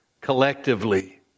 collectively